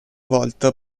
volta